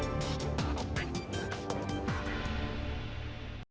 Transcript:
Дякую.